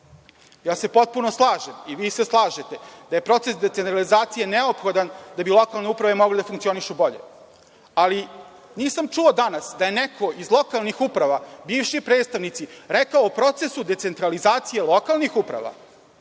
Srbije. Potpuno se slažem, a i vi se slažete, da je proces decentralizacije neophodan da bi lokalne uprave mogle da funkcionišu bolje. Ali, nisam čuo danas da je neko iz lokalnih uprava, bivši predstavnici, rekao u procesu decentralizacije lokalnih uprava